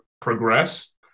progress